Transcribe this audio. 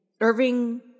Irving